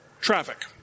traffic